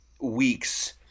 weeks